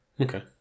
Okay